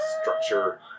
structure